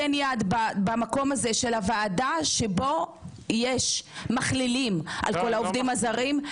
הזה של הוועדה שבו יש מכלילים על כל העובדים הזרים.